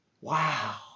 Wow